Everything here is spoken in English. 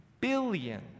billion